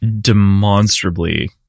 demonstrably